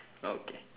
okay